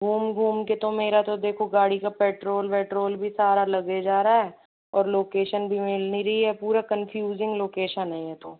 घूम घूम के तो मेरा तो देखो गाड़ी का पेट्रोल वेट्रोल भी सारा लगे जा रहा है और लोकेशन भी मिल नहीं रही है पूरा कन्फ्यूज़िंग लोकेशन है यह तो